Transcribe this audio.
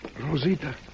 Rosita